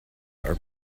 are